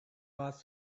was